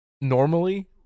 normally